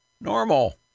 normal